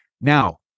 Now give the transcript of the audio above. Now